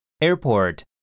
Airport